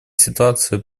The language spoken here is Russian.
ситуация